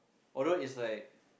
although it's like